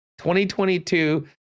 2022